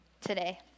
today